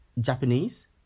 Japanese